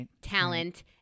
talent